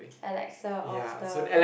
Alexa of the